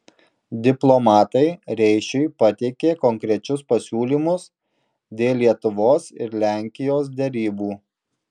diplomatai reišiui pateikė konkrečius pasiūlymus dėl lietuvos ir lenkijos derybų